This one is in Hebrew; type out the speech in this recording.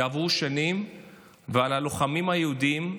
יעברו שנים ועל הלוחמים היהודים,